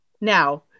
Now